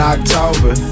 October